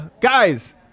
Guys